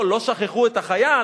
פה לא שכחו את החייל,